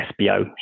SBO